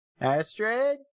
Astrid